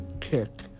kick